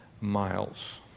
miles